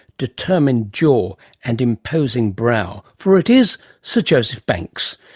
determined jaw and imposing brow for it is sir joseph banks,